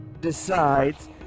decides